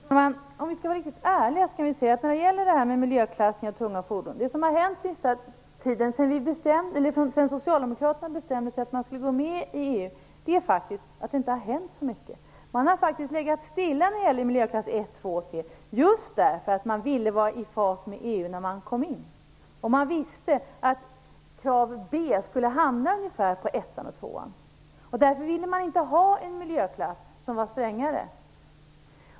Fru talman! Om vi skall vara riktigt ärliga, kan vi se att det inte har hänt så mycket när det gäller miljöklassning av tunga fordon sedan Socialdemokraterna bestämde sig för att Sverige skulle gå med i EU. Man har faktiskt legat stilla är det gäller miljöklass 1, 2 och 3, just därför att man ville vara i fas med EU när man kom in. Man visste att kravnivå B skulle hamna ungefär på nivån för klass 1 och 2, och därför ville man inte ha en miljöklass som var strängare.